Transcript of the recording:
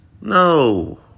no